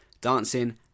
dancing